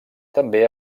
també